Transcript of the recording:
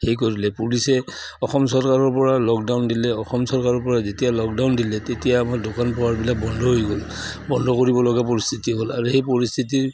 সেই কৰিলে পুলিচে অসম চৰকাৰৰ পৰা লকডাউন দিলে অসম চৰকাৰৰ পৰা যেতিয়া লকডাউন দিলে তেতিয়া আমাৰ দোকান পোহাৰবিলাক বন্ধ হৈ গ'ল বন্ধ কৰিব লগা পৰিস্থিতি হ'ল আৰু সেই পৰিস্থিতিৰ